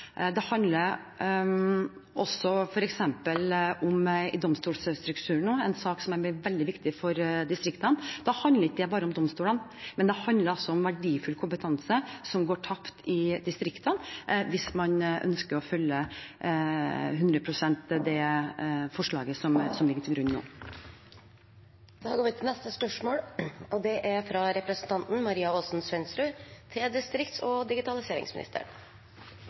om domstolstrukturen – en sak som blir veldig viktig for distriktene – handler ikke bare om domstolene, men også om verdifull kompetanse som går tapt i distriktene hvis man ønsker å følge hundre prosent det forslaget som ligger til grunn nå. «Domstolkommisjonen, som har sett på strukturen i domstolene, har kommet med et forslag som vil kunne føre til en storstilt sentralisering av landets domstoler. Nedleggelsene vil kunne føre til